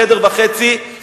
חדר וחצי,